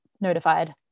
notified